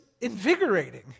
invigorating